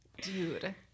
Dude